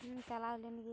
ᱦᱮᱸ ᱪᱟᱞᱟᱣᱞᱮᱱ ᱜᱤᱭᱟᱹᱧ